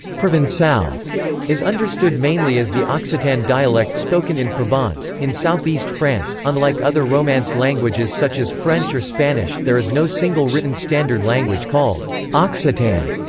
so is understood mainly as the occitan dialect spoken in provence, in southeast france unlike other romance languages such as french or spanish, there is no single written standard language called occitan,